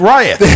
Riot